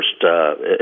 first